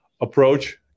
approach